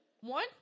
One